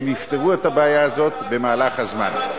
הם יפתרו את הבעיה הזאת במהלך הזמן.